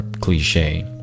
cliche